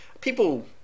people